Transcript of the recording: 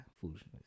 foolishness